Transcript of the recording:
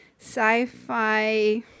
sci-fi